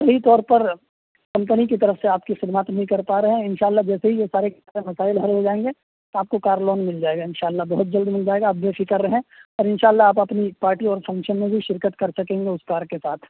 طور پر کمپنی کی طرف سے آپ کی خدمات نہیں کر پا رہے ہیں آپ ان شاء اللہ جیسے ہی یہ سارے کے سارے مسائل حل ہو جائیں گے تو آپ کو کار لون مل جائے گا بہت جلد مل جائے گا ان شاء اللہ بہت جلد مل جائے گا آپ بےفکر رہیں اور ان شاء اللہ آپ اپنی پارٹی اور فنکشن میں بھی شرکت کر سکیں گے اس کار کے ساتھ